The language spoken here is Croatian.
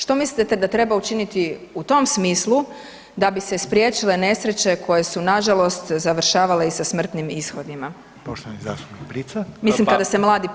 Što mislite da treba učiniti u tom smislu da bi se spriječile nesreće koje su nažalost završavale i sa smrtnim ishodima, mislim kada se mladi penju?